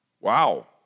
Wow